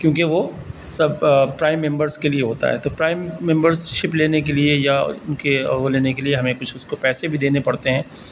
کیونکہ وہ سب پرائم ممبرس کے لیے ہوتا ہے تو پرائم ممبرسشپ لینے کے لیے یا ان کے وہ لینے کے لیے ہمیں کچھ اس کو پیسے بھی دینے پڑتے ہیں